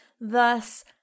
thus